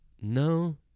no